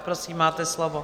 Prosím, máte slovo.